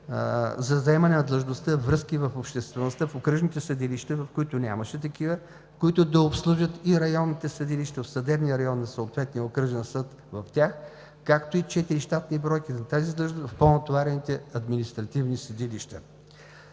за заемане длъжността „Връзки с обществеността“ в окръжните съдилища, в които нямаше такива, които да обслужат и районните съдилища в съдебния район на съответния окръжен съд в тях, както и четири щатни бройки за тази длъжност в по-натоварените административни съдилища.